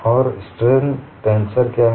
और strain tensor क्या है